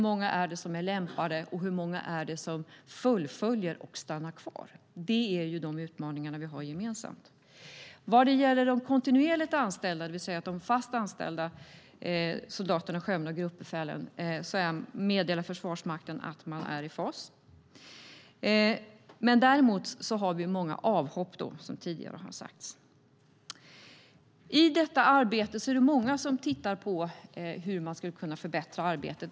Många söker, men hur många är lämpade, fullföljer och stannar kvar? De är de gemensamma utmaningarna. Vad gäller de kontinuerligt anställda, det vill säga de fast anställda soldaterna, sjömännen och gruppbefälen, meddelar Försvarsmakten att man är i fas. Däremot är det många avhopp, som tidigare har sagts. I detta arbete är det många som tittar på hur man skulle kunna förbättra arbetet.